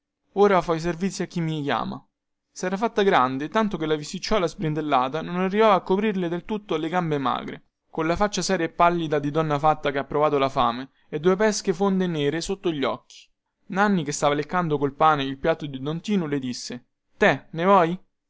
ora fo i servizi a chi mi chiama sera fatta grande tanto che la vesticciuola sbrindellata non arrivava a coprirle del tutto le gambe magre colla faccia seria e pallida di donna fatta che ha provato la fame e due pesche fonde e nere sotto gli occhi nanni che stava leccando col pane il piatto di don tinu le disse te ne vuoi